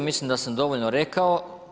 Mislim da sam dovoljno rekao.